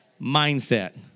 mindset